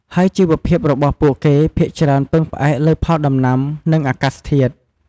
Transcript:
ហើយជីវភាពរបស់ពួកគេភាគច្រើនពឹងផ្អែកលើផលដំណាំ និងអាកាសធាតុ។